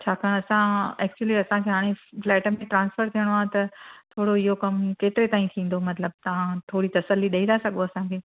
छाकाणि असां एक्चुली असांखे हाणे फ़्लेट में ट्रान्सफ़र थियणो आहे त थोरो इहो कमु केतिरे ताईं थींदो मतलबु तव्हां थोरी तसली ॾेई था सघो असांखे